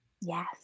Yes